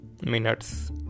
minutes